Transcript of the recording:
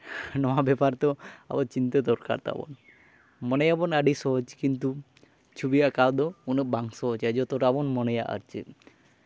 ᱱᱚᱣᱟ ᱵᱮᱯᱟᱨ ᱫᱚ ᱟᱵᱚ ᱪᱤᱱᱛᱟᱹ ᱫᱚᱨᱠᱟᱨ ᱛᱟᱵᱚᱱ ᱢᱚᱱᱮᱭᱟᱵᱚᱱ ᱟᱹᱰᱤ ᱥᱚᱦᱚᱡᱽ ᱠᱤᱱᱛᱩ ᱪᱷᱚᱵᱤ ᱟᱸᱠᱟᱣ ᱫᱚ ᱩᱱᱟᱹᱜ ᱵᱟᱝ ᱥᱚᱦᱚᱡᱟ ᱡᱚᱛᱚᱴᱟ ᱵᱚᱱ ᱢᱚᱱᱮᱭᱟ ᱟᱨ ᱪᱮᱫ